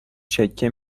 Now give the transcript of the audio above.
چکه